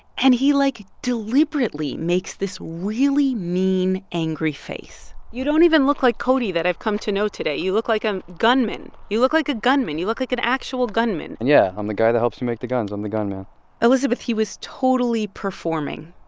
and he, like, deliberately makes this really mean, angry face you don't even look like cody that i've come to know today. you look like a gunman. you look like a gunman. you look like an actual gunman and yeah. i'm the guy that helps you make the guns. i'm the gun man elizabeth, he was totally performing.